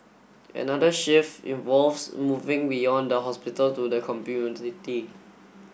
another shift involves moving beyond the hospital to the community